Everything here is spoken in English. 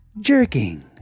jerking